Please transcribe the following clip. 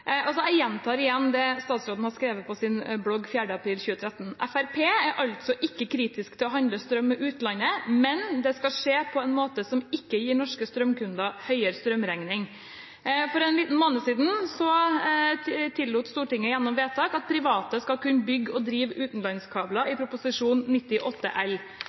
Jeg gjentar igjen det som statsråden har skrevet på sin blogg den 4. april 2013: Fremskrittspartiet er altså ikke kritisk til å handle strøm med utlandet, men det skal skje på en måte som ikke gir norske strømkunder høyere strømregning. For en liten måned siden tillot Stortinget gjennom vedtak at private skal kunne bygge og drive utenlandskabler, jf. Prop. 98 L